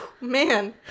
Man